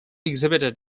exhibited